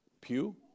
pew